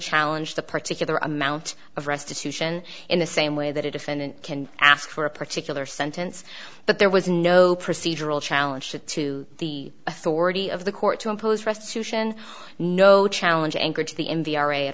challenge the particular amount of restitution in the same way that a defendant can ask for a particular sentence but there was no procedural challenge to the authority of the court to impose restitution no challenge anchorage the